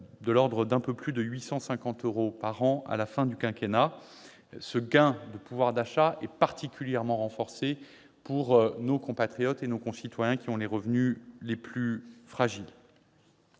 un gain d'un peu plus de 850 euros par an à la fin du quinquennat. Ce gain de pouvoir d'achat est particulièrement renforcé pour nos compatriotes qui ont les revenus les plus fragiles.